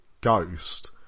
ghost